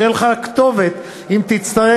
שתהיה לך כתובת אם תצטרך.